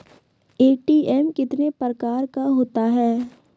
ATM कितने प्रकार का होता हैं?